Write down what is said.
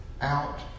out